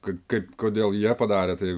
kaip kaip kodėl jie padarė tai